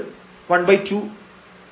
എന്നത് 12 ആണ്